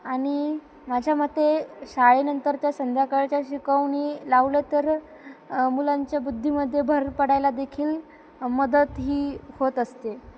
आणि माझ्या मते शाळेनंतर त्या संध्याकाळच्या शिकवणी लावलं तर मुलांच्या बुद्धीमध्ये भर पडायला देखील मदत ही होत असते